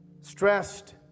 Stressed